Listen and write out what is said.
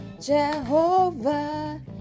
Jehovah